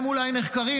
הם אולי נחקרים,